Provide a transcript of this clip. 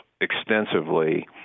extensively